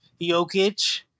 Jokic